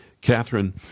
Catherine